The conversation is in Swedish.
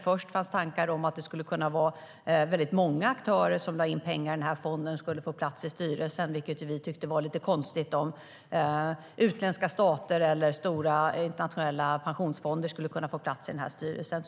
Först fanns det tankar om att väldigt många aktörer som lade in pengar i fonden skulle kunna få plats i styrelsen, vilket vi tyckte var lite konstigt om utländska stater eller stora internationella pensionsfonder skulle kunna få plats i styrelsen.